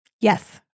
Yes